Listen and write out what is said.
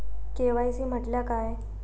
KYC म्हटल्या काय?